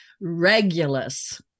Regulus